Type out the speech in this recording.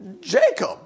Jacob